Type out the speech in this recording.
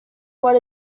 what